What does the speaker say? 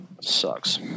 Sucks